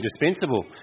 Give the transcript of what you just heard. indispensable